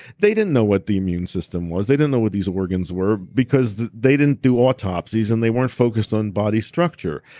they didn't know what the immune system was. they didn't know what these organs were because they didn't do autopsies and they weren't focused on body structure,